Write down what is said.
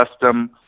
custom